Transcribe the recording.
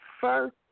First